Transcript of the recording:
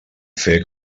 fer